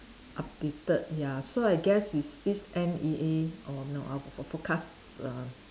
updated ya so I guess is this N_E_A or no uh fore~ forecast err